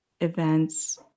events